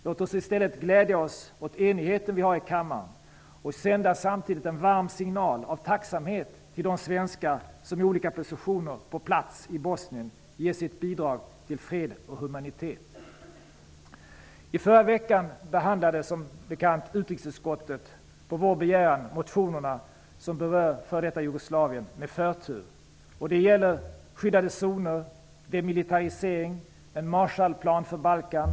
Låt oss i stället glädja oss åt den enighet vi har i kammaren. Låt oss också samtidigt sända en varm signal av tacksamhet till de svenskar som i olika positioner på plats i Bosnien ger sitt bidrag för fred och humanitet. I förra veckan behandlade, som bekant, utrikesutskottet på socialdemokraternas begäran motionerna som berör f.d. Jugoslavien med förtur. Motionerna gäller skyddade zoner, demilitarisering och en Marshallplan för Balkan.